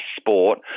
sport